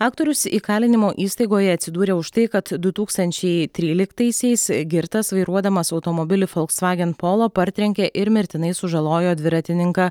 aktorius įkalinimo įstaigoje atsidūrė už tai kad du tūkstančiai tryliktaisiais girtas vairuodamas automobilį folsvagen polo partrenkė ir mirtinai sužalojo dviratininką